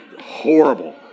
Horrible